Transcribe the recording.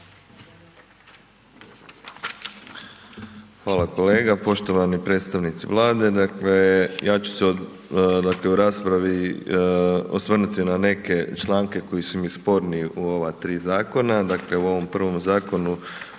Hvala, kolega. Poštovani predstavnici Vlade, dakle ja ću se u raspravi osvrnuti na neke članke koji su mi sporni u ova tri zakona. Dakle u ovom prvom zakonu,